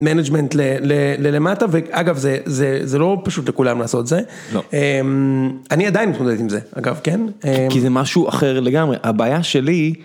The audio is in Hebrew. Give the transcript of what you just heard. מנג'מנט ללמטה ואגב זה לא פשוט לכולם לעשות זה, אני עדיין מתמודד עם זה אגב כן, כי זה משהו אחר לגמרי, הבעיה שלי.